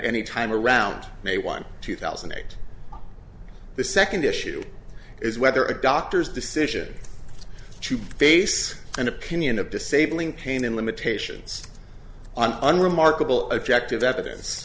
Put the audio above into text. any time around may one two thousand and eight the second issue is whether a doctor's decision to base an opinion of disabling pain and limitations on unremarkable objective evidence